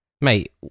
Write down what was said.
mate